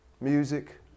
Music